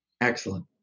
Excellent